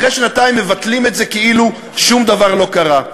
אחרי שנתיים מבטלים את זה כאילו שום דבר לא קרה.